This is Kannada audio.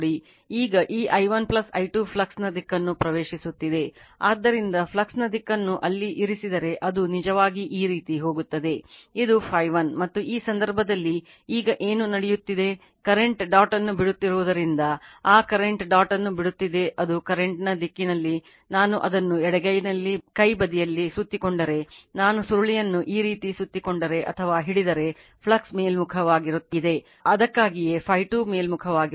ಈಗ ಈ i1 i 2 ಫ್ಲಕ್ಸ್ ನ ದಿಕ್ಕನ್ನು ಪ್ರವೇಶಿಸುತ್ತಿದೆ ಆದ್ದರಿಂದ ಫ್ಲಕ್ಸ್ನ ದಿಕ್ಕನ್ನು ಅಲ್ಲಿ ಇರಿಸಿದರೆ ಅದು ನಿಜವಾಗಿ ಈ ರೀತಿ ಹೋಗುತ್ತದೆ ಇದು Φ1 ಮತ್ತು ಈ ಸಂದರ್ಭದಲ್ಲಿ ಈಗ ಏನು ನಡೆಯುತ್ತಿದೆ ಕರೆಂಟ್ ಡಾಟ್ ಅನ್ನು ಬಿಡುತ್ತಿರುವುದರಿಂದ ಆ ಕರೆಂಟ್ ಡಾಟ್ ಅನ್ನು ಬಿಡುತ್ತಿದೆ ಅದು ಕರೆಂಟ್ ನ ದಿಕ್ಕಿನಲ್ಲಿ ನಾನು ಅದನ್ನು ಎಡಗೈಯಲ್ಲಿ ಕೈ ಬದಿಯಲ್ಲಿ ಸುತ್ತಿಕೊಂಡರೆ ನಾನು ಸುರುಳಿಯನ್ನು ಈ ರೀತಿ ಸುತ್ತಿಕೊಂಡರೆ ಅಥವಾ ಹಿಡಿದರೆ ಫ್ಲಕ್ಸ್ ಮೇಲ್ಮುಖವಾಗಿದೆ ಅದಕ್ಕಾಗಿಯೇ Φ2 ಮೇಲ್ಮುಖವಾಗಿರುತ್ತದೆ